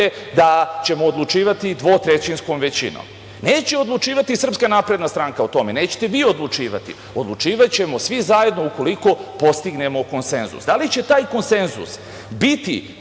da ćemo odlučivati dvotrećinskom većinom. Neće odlučivati SNS o tome, nećete vi odlučivati, odlučivaćemo svi zajedno ukoliko postignemo konsenzus. Da li će taj konsenzus biti